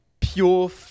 pure